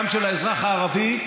אבל זה לא אומר שלערבי מותר.